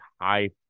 high